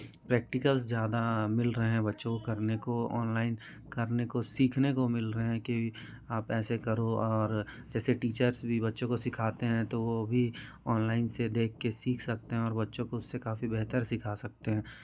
practicals ज़्यादा मिल रहे हैं बच्चों को करने को ऑनलाइन करने को सीखने को मिल रहे हैं कि आप ऐसे करो और जैसे टीचर्स भी बच्चों को सिखाते हैं तो वो भी ऑनलाइन से देख के सीख सकते हैं और बच्चों को उससे काफी बेहतर सिखा सकते हैं